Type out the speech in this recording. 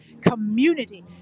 community